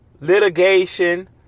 litigation